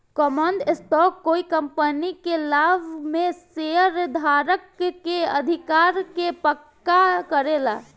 common stock कोइ company के लाभ में शेयरधारक के अधिकार के पक्का करेला